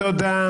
משה, תודה.